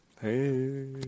Hey